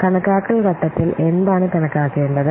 കണക്കാക്കൽ ഘട്ടത്തിൽ എന്താണ് കണക്കാക്കേണ്ടത്